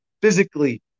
physically